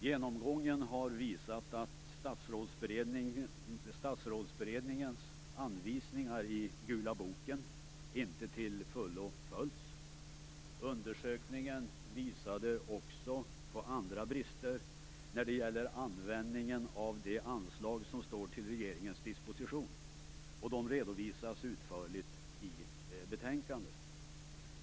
Genomgången har visat att Statsrådsberedningens anvisningar i Gula boken inte till fullo följts. Undersökningen visade också på andra brister när det gäller användningen av det anslag som står till regeringens disposition. De redovisas utförligt i betänkandet.